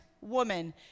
woman